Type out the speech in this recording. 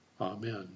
Amen